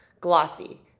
Glossy